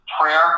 Prayer